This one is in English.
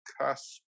cusp